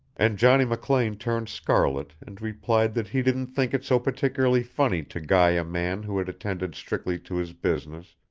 and johnny mclean turned scarlet and replied that he didn't think it so particularly funny to guy a man who had attended strictly to his business,